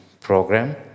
program